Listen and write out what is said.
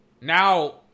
Now